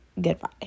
goodbye